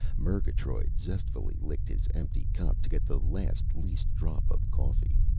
murgatroyd zestfully licked his empty cup to get the last least drop of coffee.